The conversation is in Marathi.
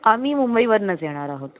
आम्ही मुंबईवरनंच येणार आहोत